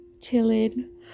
chilling